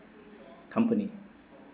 company